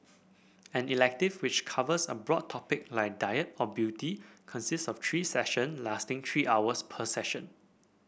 an elective which covers a broad topic like diet or beauty consists of three session lasting three hours per session